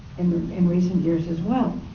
in recent years as well,